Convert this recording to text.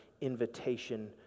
invitation